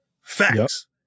Facts